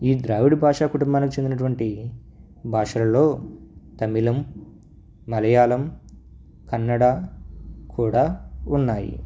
ఈ ద్రావిడ భాషా కుటుంబానికి చెందినటువంటి భాషలలో తమిళం మలయాళం కన్నడ కూడా ఉన్నాయి